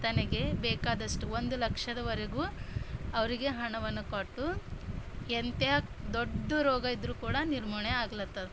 ತನಗೆ ಬೇಕಾದಷ್ಟು ಒಂದು ಲಕ್ಷದವರೆಗೂ ಅವರಿಗೆ ಹಣವನ್ನು ಕೊಟ್ಟು ಎಂತ ದೊಡ್ಡ ರೋಗ ಇದ್ದರೂ ಕೂಡ ನಿರ್ಮೂಲನೆ ಆಗ್ಲತ್ತದ